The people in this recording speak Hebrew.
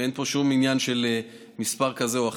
ואין פה שום עניין של מספר כזה או אחר.